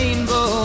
Rainbow